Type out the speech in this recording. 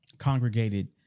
congregated